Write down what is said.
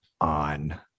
on